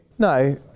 No